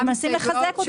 אנחנו מנסים לחזק אותו.